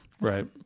Right